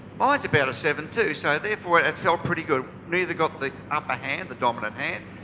mine's about a seven too. so therefore, it felt pretty good. neither got the upper hand, the dominant hand.